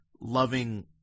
loving